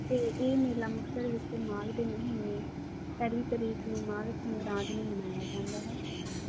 ਤੇ ਇਹ ਮੇਲਾ ਮੁਕਤਸਰ ਵਿੱਚ ਮਾਘ ਦੇ ਮਹੀਨੇ ਪਹਿਲੀ ਤਾਰੀਖ ਨੂੰ ਮਾਘ ਸੰਗਰਾਂਦ ਨੂੰ ਮਨਾਇਆ ਜਾਂਦਾ ਹੈ